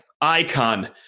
icon